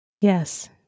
Yes